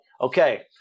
okay